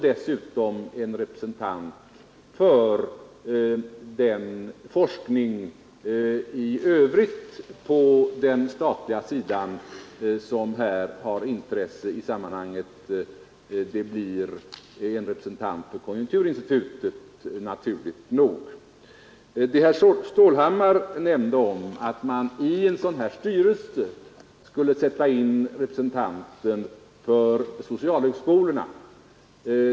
Dessutom blir det en representant för den forskning i övrigt på den statliga sidan som har intresse i sammanhanget — naturligt nog konjunkturinstitutet. Herr Stålhammar menade att man i en sådan här styrelse skulle sätta in representanter för socialhögskolorna.